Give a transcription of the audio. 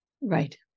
Right